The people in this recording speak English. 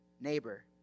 neighbor